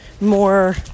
more